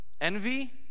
envy